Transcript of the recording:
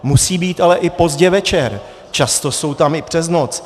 Musí být ale i pozdě večer, často jsou tam i přes noc.